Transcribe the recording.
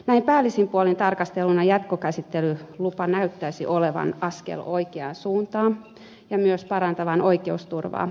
näin päällisin puolin tarkasteltuna jatkokäsittelylupa näyttäisi olevan askel oikeaan suuntaan ja myös parantavan oikeusturvaa